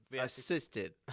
Assisted